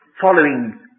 following